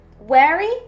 wary